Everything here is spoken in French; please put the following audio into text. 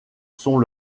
sont